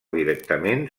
directament